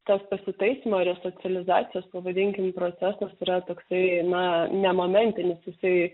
tas pasitaisymo resocializacijos pavadinkim procesas yra toksai na ne momentinis jisai